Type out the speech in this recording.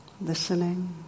Listening